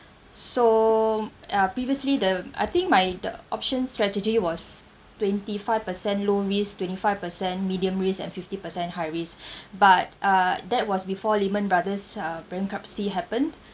so uh previously the I think my the option strategy was twenty five percent low risk twenty five percent medium risk and fifty percent high risk but uh that was before lehman brother's uh bankruptcy happened